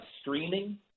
streaming